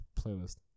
playlist